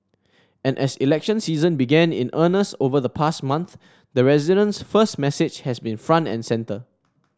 and as election season began in earnest over the past month the residents first message has been front and centre